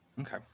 Okay